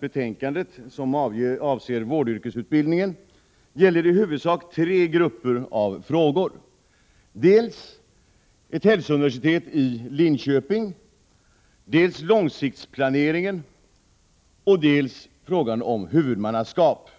betänkandet som avser vårdyrkesutbildningen gäller i huvudsak tre grupper av frågor, dels ett hälsouniversitet i Linköping, dels långsiktsplaneringen och dels frågan om huvudmannaskap.